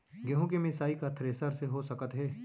गेहूँ के मिसाई का थ्रेसर से हो सकत हे?